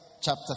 chapter